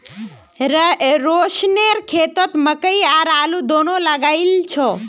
रोशनेर खेतत मकई और आलू दोनो लगइल छ